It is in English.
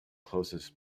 closest